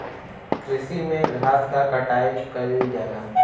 कृषि में घास क कटाई कइल जाला